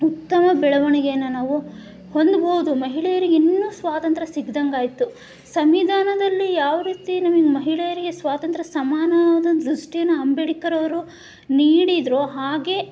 ಉತ್ತಮ ಬೆಳವಣಿಗೆಯನ್ನು ನಾವು ಹೊಂದ್ಬೋದು ಮಹಿಳೆಯರಿಗೆ ಇನ್ನೂ ಸ್ವಾತಂತ್ರ ಸಿಕ್ದಂಗಾಯಿತು ಸಂವಿಧಾನದಲ್ಲಿ ಯಾವ ರೀತಿ ನಮಗೆ ಮಹಿಳೆಯರಿಗೆ ಸ್ವಾತಂತ್ರ್ಯ ಸಮಾನವಾದ ದೃಷ್ಟಿನ ಅಂಬೇಡ್ಕರ್ ಅವರು ನೀಡಿದರೋ ಹಾಗೆ